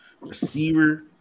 Receiver